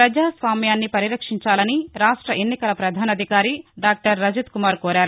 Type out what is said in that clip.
ప్రజాస్వామ్యాన్ని పరిరక్షించాలని రాష్ట్ర ఎన్నికల ప్రధానాధికారి డాక్లర్ రజత్కుమార్ కోరారు